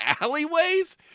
alleyways